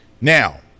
Now